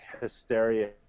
hysteria